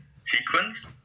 sequence